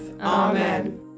Amen